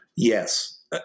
Yes